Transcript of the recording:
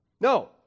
No